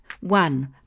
One